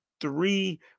three